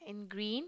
in green